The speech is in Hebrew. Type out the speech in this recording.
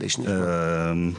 כן,